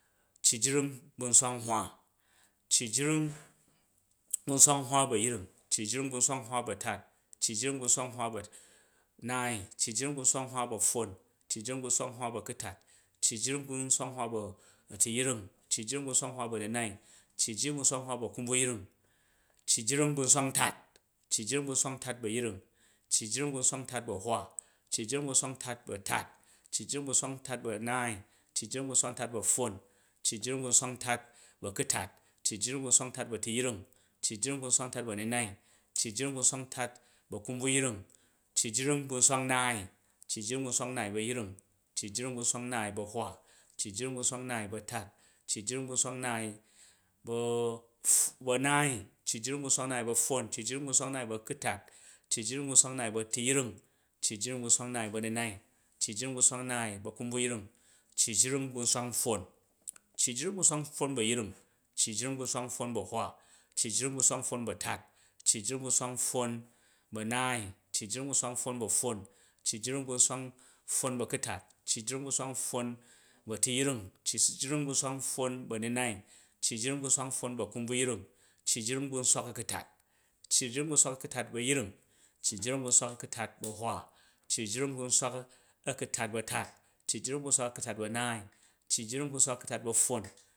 Cci jring bu̱ nswak nhwa, cci jring bu̱ nswa nhwa bu̱ a̱yring, cci jring bu̱ nswak nhwa bu̱ nswak nhwa bu̱ a̱tat, cci jring bu̱ nswak nhwa bu̱ a̱pffan, cci jring bu̱ nswak nhwa bu̱ a̱tuyring, cci jring bu̱ a̱nunai cci jring bu̱ nswak nhwa bu̱ a̱tuyring cci jring bu̱ nswak nhwa bu̱ a̱nunai cci jring bu̱ nswak nhwa bu̱ a̱kunbvuyring cci jring bu̱ nswak ntat, cci jring bu̱ nswak ntat bu̱ a̱yring, cci jring bu̱ nswak ntat bu̱ a̱hwa, cci jring bu̱ nswak ntat bu̱ a̱maai, cci jring bu̱ nswak ntat bu̱ a̱pffon, cci jring bu̱ nswak ntat bu̱ a̱kntat, cci jring bu̱ nswak ntat bu̱ a̱tu yring, cci jring bu̱ nswak ntat bu̱ a̱tu yring, cci jring bu̱ nswak ntat bu̱ a̱kanbvayring cci jring bu̱ nswak nnaai cci jring bu̱ nswak nnaai bu̱ a̱yring, cci jring bu̱ nswak nnaai bu̱ a̱hwa, cci jring bu̱ nswak nnaai bu̱ a̱tat, cci jring bu̱ nswak nnaai bu̱ bu̱ a̱naai, cci jring bu̱ nswak nnaai bu̱ apffon, cci jring bu̱ nswak nnaai bu̱ a̱kutat, cci jring bu̱ nswak nnaai bu̱ a̱tuyring, cci jring bu̱ nswak nnaai bu̱ a̱nunai, cci jring bu̱ nswak nnaai bu̱ a̱kunbvuyring, cci jring bu̱ nswak npffon, cci jring bu̱ nswak npffon bu̱ a̱yring, cci jring bu̱ nswak npffon bu̱ a̱hwa, cci jring bu̱ nswak npffon bu̱ a̱tat, cci jring bu̱ nswak npffon bu̱ a̱naai, cci jring bu̱ nswak npffon bu̱ a̱pffon, cci jring bu̱ nswak npffon bu̱ a̱kutat, cci jring bu̱ nswak npffon bu̱ a̱tuyring, cci jring bu̱ nswak npffon bu̱ a̱nunai, cci jring bu̱ nswak npffon bu̱ a̱kumbvuyring, cci jring bu̱ nswak a̱kutat, cci jring bu̱ nswak a̱kutat bu̱ a̱yring, cci jring bu̱ nswak a̱kutat bu̱ ahwa, cci jring bu̱ nswak a̱kutat bu̱ a̱tat, cci jring bu̱ nswak a̱kutat bu̱ a̱naai, cci jring bu̱ nswak a̱kutat bu̱ a̱kutat